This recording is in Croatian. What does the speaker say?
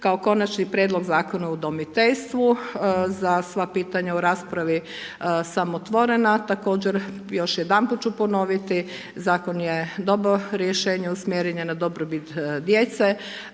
kao Konačni Prijedlog Zakona o udomiteljstvu. Za sva pitanja u raspravi sam otvorena. Također još jedanput ću ponoviti, Zakon je dobro rješenje, usmjeren je na dobrobit djece,